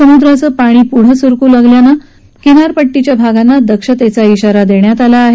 समुद्राचं पाणी पुढे सरकू लागल्यानं किनारपट्टीच्या भागांना दक्षतेचा इशारा देण्यात आला आहे